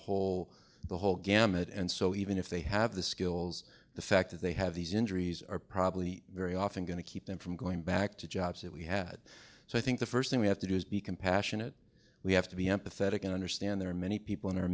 whole the whole gamut and so even if they have the skills the fact that they have these injuries are probably very often going to keep them from going back to jobs that we had so i think the first thing we have to do is be compassionate we have to be empathetic and understand there are many people in our